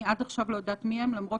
אני עד עכשיו לא יודעת מי הם למרות